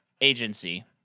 agency